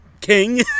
king